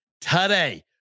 today